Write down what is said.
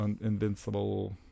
invincible